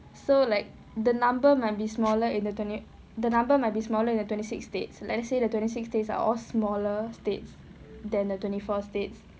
so like the number might be smaller in the twenty the number might be smaller than twenty six states like say that twenty six days are all smaller states than the twenty four states